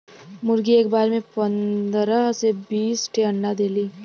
मुरगी एक बार में पन्दरह से बीस ठे अंडा देली